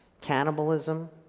cannibalism